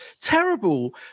Terrible